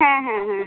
হ্যাঁ হ্যাঁ হ্যাঁ